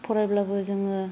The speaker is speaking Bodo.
फरायब्लाबो जोंङो